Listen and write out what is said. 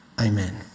Amen